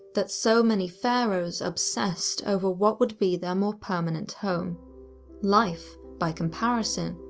that so many pharaohs obsessed over what would be their more permanent home life, by comparison,